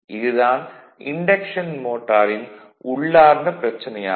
இது தான் இன்டக்ஷன் மோட்டாரின் உள்ளார்ந்த பிரச்சனை ஆகும்